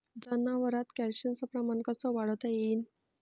जनावरात कॅल्शियमचं प्रमान कस वाढवता येईन?